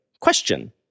question